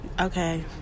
Okay